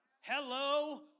Hello